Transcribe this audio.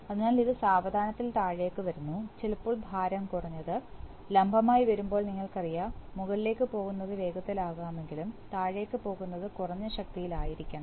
അതിനാൽ ഇത് സാവധാനത്തിൽ താഴേക്ക് വരുന്നു ചിലപ്പോൾ ഭാരം കുറഞ്ഞത് ലംബമായി വരുമ്പോൾ നിങ്ങൾക്കറിയാം മുകളിലേക്ക് പോകുന്നത് വേഗത്തിലാകാമെങ്കിലും താഴേക്ക് പോകുന്നത് കുറഞ്ഞ ശക്തിയിൽ ആയിരിക്കണം